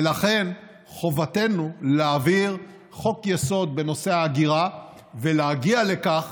ולכן חובתנו להעביר חוק-יסוד בנושא ההגירה ולהגיע לכך